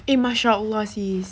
eh masyaallah sis